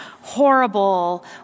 horrible